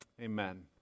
Amen